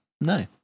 no